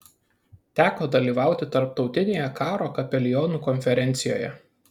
teko dalyvauti tarptautinėje karo kapelionų konferencijoje